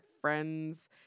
friends